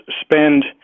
spend